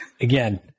Again